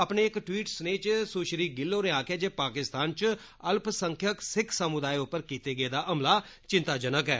अपने इक द्वीट सनेह् च सुश्री गिल होरें आक्खेआ जे पाकिस्तान च अल्पसंख्यक सिख समुदाय उप्पर कीते गेदा हमला चिंताजनक ऐ